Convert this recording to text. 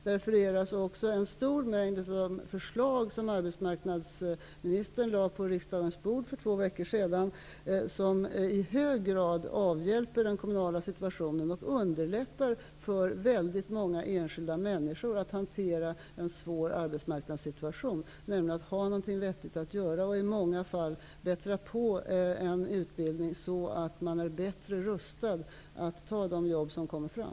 Där refereras också till en stor mängd av de förslag som arbetsmarknadsministern lade på riksdagens bord för två veckor sedan och som i hög grad avhjälper den kommunala situationen och underlättar för väldigt många enskilda människor att hantera en svår arbetsmarknadssituation. De får något vettigt att göra och kan i många fall bättra på sin utbildning, så att de blir bättre rustade att ta de jobb som kommer fram.